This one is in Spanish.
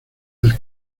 del